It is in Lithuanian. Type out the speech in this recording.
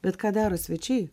bet ką daro svečiai